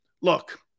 Look